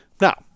Now